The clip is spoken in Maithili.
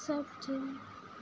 सब छै